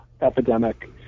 epidemic